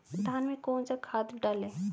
धान में कौन सा खाद डालें?